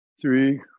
Three